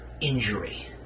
injury